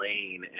lane